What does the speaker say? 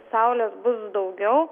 saulės bus daugiau